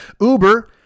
Uber